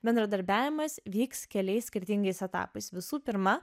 bendradarbiavimas vyks keliais skirtingais etapais visų pirma